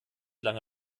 lange